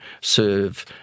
serve